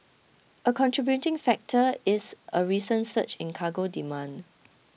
a contributing factor is a recent surge in cargo demand